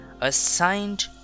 assigned